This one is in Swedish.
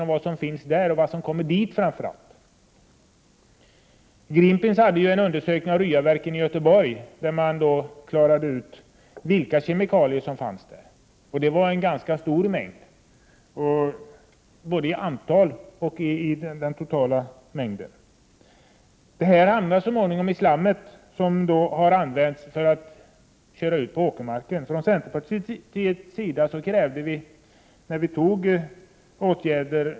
Den omarbetade kungörelsen beräknas träda i kraft den 1 juli 1989.